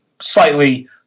slightly